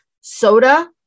Soda